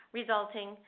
resulting